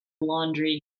laundry